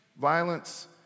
violence